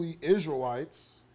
Israelites